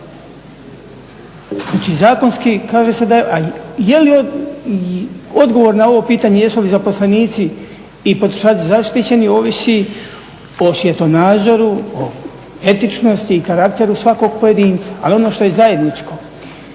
zakonski kaže se da je, a je li odgovor na ovo pitanje jesu li zaposlenici i potrošači zaštićeni ovisi o svjetonazoru, etičnosti i karakteru svakog pojedinca, ali ono što je zajedničko,